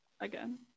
again